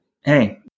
hey